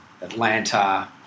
Atlanta